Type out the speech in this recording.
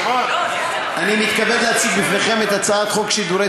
אני מתכבד להציג בפניכם את הצעת חוק שידורי